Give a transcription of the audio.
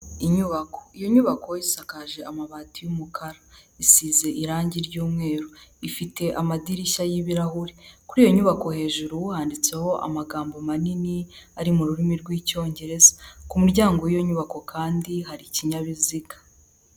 Inyubako, iyo nyubako isakaje amabati y'umukara, isize irangi ry'umweru, ifite amadirishya y'ibirahuri, kuri iyo nyubako hejuru haanditseho amagambo manini ari mu rurimi rw'icyongereza, ku muryango w'iyo nyubako kandi hari ikinyabiziga.